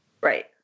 Right